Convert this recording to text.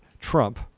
Trump